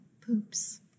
poops